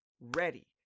ready